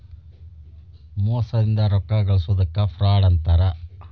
ಮೋಸದಿಂದ ರೊಕ್ಕಾ ಗಳ್ಸೊದಕ್ಕ ಫ್ರಾಡ್ ಅಂತಾರ